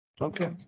Okay